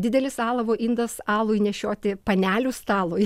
didelis alavo indas alui nešioti panelių stalui